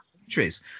countries